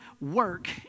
work